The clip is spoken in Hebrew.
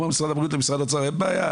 אומר משרד הבריאות למשרד האוצר אין בעיה